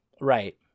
Right